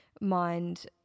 mind